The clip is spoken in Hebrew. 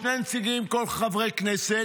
שני נציגים חברי כנסת,